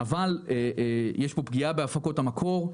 אבל יש פה פגיעה בהפקות המקור.